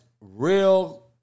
real